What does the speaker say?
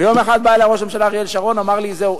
ויום אחד בא אלי ראש הממשלה אריאל שרון ואמר לי: זהו,